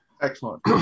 Excellent